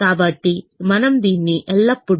కాబట్టి మనం దీన్ని ఎల్లప్పుడూ మన కోసం చేయగలం